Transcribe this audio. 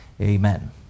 Amen